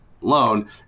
loan